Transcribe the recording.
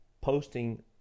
posting